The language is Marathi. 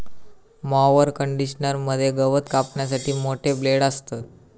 मॉवर कंडिशनर मध्ये गवत कापण्यासाठी मोठे ब्लेड असतत